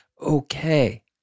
Okay